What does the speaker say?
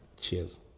cheers